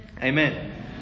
Amen